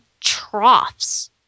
troughs